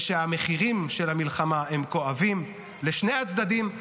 ושהמחירים של המלחמה הם כואבים לשני הצדדים,